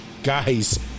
Guys